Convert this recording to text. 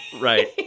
Right